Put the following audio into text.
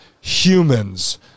humans